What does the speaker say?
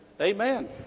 Amen